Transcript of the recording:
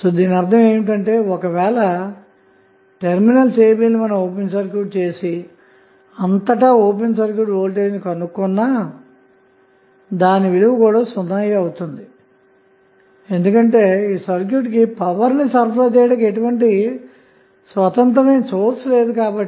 దీనర్ధం ఏమిటంటే ఒక వేళ టెర్మినల్స్ ab లు ఓపెన్ సర్క్యూట్ చేసి అంతటా ఓపెన్ సర్క్యూట్ వోల్టేజ్ ను కనుగొన్నా దాని విలువ సున్నా యే ఉంటుంది ఎందుకంటే సర్క్యూట్కి పవర్ ని సరఫరా చేయడానికి ఎటువంటి స్వతంత్రమైన సోర్స్ లేదుకాబట్టి